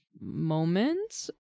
moments